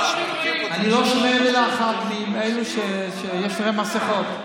אתה לא היית מעז אפילו לעשות את זה.